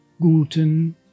Guten